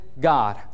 God